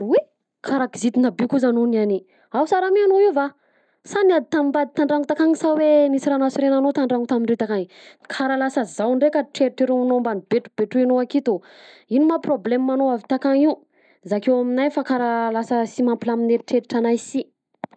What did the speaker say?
Oy! Karaha kizitina be kosa anao niany e, ao sara mi enao io va sa niady tamin-bady tan-dragno takany sa hoe misy raha nahasorena anao tan-dragno tamindreo takany? Karaha lasa zao ndreka treritrerominao mbany betrobetrohinao aketo ino ma prôblemanao avy takany io? Zakay aminahy fa karaha lasa sy mampilaminy heritreritranahy si.